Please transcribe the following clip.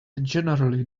generally